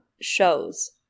shows